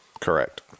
Correct